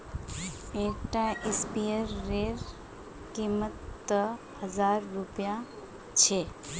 एक टा स्पीयर रे कीमत त हजार रुपया छे